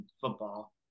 football